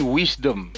wisdom